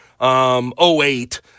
08 –